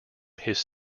his